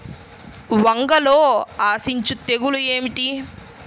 వంగలో ఆశించు తెగులు ఏమిటి?